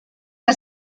que